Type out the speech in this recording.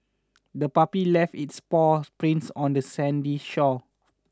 the puppy left its paw prints on the sandy shore